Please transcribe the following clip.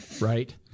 right